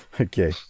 Okay